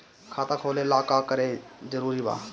खाता खोले ला का का जरूरी बा?